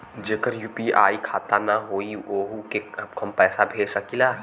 जेकर यू.पी.आई खाता ना होई वोहू के हम पैसा भेज सकीला?